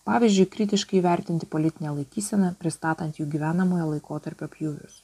pavyzdžiui kritiškai vertinti politinę laikyseną pristatant jų gyvenamojo laikotarpio pjūvius